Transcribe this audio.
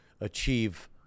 achieve